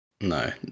No